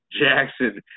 Jackson